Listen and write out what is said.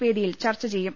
വേദിയിൽ ചർച്ചചെയ്യും